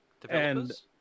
developers